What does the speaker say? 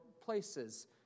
places